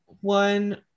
One